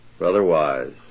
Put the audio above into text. otherwise